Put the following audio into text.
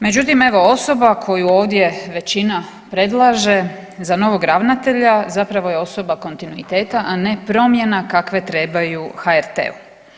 Međutim, evo osoba koju ovdje većina predlaže za novog ravnatelja, zapravo je osoba kontinuiteta, a ne promjena kakve trebaju HRT-u.